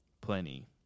plenty